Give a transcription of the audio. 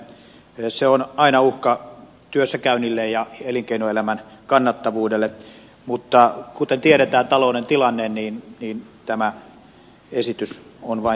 se on aina uhka työssäkäynnille ja elinkeinoelämän kannattavuudelle mutta kun tiedetään talouden tilanne niin tämä esitys on vain tehtävä